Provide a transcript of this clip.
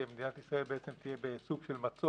שבו מדינת ישראל תהיה בעצם בסוג של מצור,